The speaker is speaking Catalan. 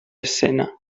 escena